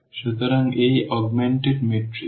সুতরাং এই augmented matrix